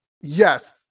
yes